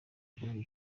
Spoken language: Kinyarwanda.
gihugu